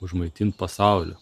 užmaitinti pasaulio